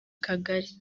kagali